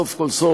סוף כל סוף,